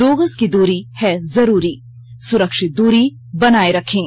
दो गज की दूरी है जरूरी सुरक्षित दूरी बनाए रखें